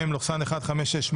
(מ/1568)